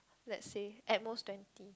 let's say at most twenty